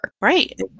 right